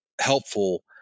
helpful